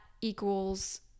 equals